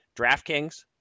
DraftKings